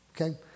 Okay